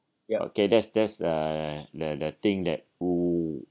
ya okay that's that's uh the thing that who